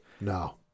No